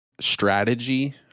strategy